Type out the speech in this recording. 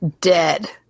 Dead